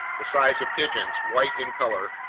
the size of pigeons, white in color,